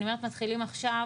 אני אומרת מתחילים עכשיו,